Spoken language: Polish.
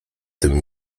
tym